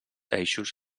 eixos